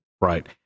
Right